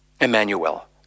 Emmanuel